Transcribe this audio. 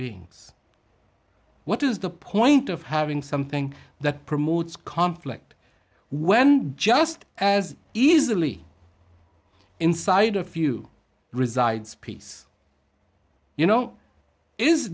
beings what is the point of having something that promotes conflict when just as easily inside a few resides peace you know i